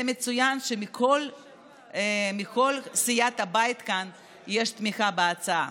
זה מצוין שמכל סיעות הבית כאן יש תמיכה בהצעה.